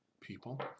people